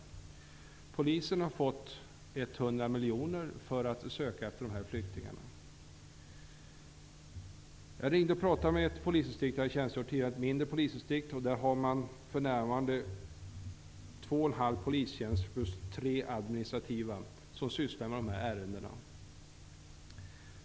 Polisen har fått 100 miljoner för att söka efter de här flyktingarna. Jag ringde och pratade med ett polisdistrikt där jag har tjänstgjort tidigare. Det är ett mindre polisdistrikt. Där har man för närvarande två och en halv polistjänst plus tre administrativa tjänster avdelade för de här ärendena.